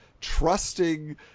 trusting